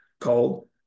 called